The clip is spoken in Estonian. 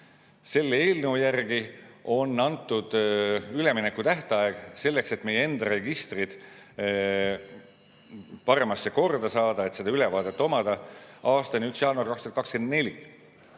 Selle eelnõu järgi on antud üleminekutähtaeg selleks, et meie enda registrid paremasse korda saada, et seda ülevaadet omada aastani 1. jaanuar 2024.